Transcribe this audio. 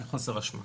חוסר אשמה.